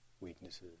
weaknesses